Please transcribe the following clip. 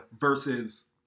versus